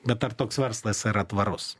bet ar toks verslas yra tvarus